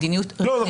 לא.